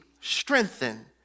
strengthen